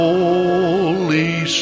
Holy